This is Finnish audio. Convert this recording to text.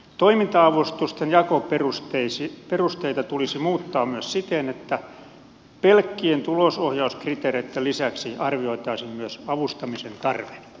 toiminta avustusten jakoperusteita tulisi muuttaa myös siten että pelkkien tulosohjauskriteereitten lisäksi arvioitaisiin myös avustamisen tarve